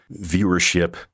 viewership